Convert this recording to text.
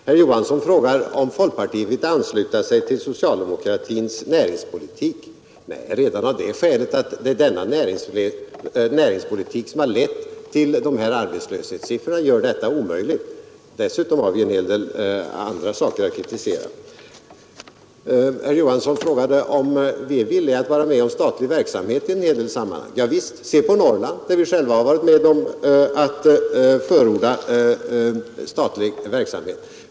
Herr Johansson frågar om folkpartiet vill ansluta sig till socialdemokratins näringspolitik. Nej, redan det skälet att det är denna näringslivspolitik som lett till dessa arbetslöshetssiffror gör detta omöjligt. Dessutom har vi en hel del andra saker att kritisera. Herr Johansson frågade om vi är villiga att vara med om statlig verksamhet i en hel del sammanhang. Javisst, se på Norrland där vi själva varit med om att förorda statlig verksamhet.